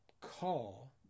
call